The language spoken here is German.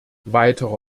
weitere